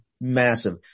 massive